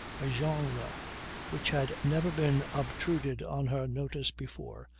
a genre which had never been obtruded on her notice before,